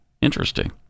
Interesting